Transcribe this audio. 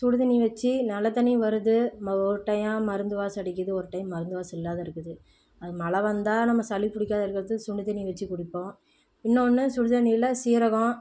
சுடு தண்ணி வச்சி நல்ல தண்ணியும் வருது நம்ம ஒரு டையம் மருந்து வாசம் அடிக்கிது ஒரு டைம் மருந்து வாசம் இல்லாம இருக்குது அது மழை வந்தால் நம்ம சளி புடிக்காம இருக்கிறத்துக்கு சுடு தண்ணி வச்சி குடிப்போம் இன்னொன்று சுடு தண்ணியில் சீரகம்